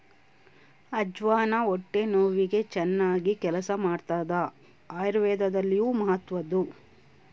ಅಜ್ವಾನ ಹೊಟ್ಟೆ ನೋವಿಗೆ ಚನ್ನಾಗಿ ಕೆಲಸ ಮಾಡ್ತಾದ ಆಯುರ್ವೇದದಲ್ಲಿಯೂ ಮಹತ್ವದ್ದು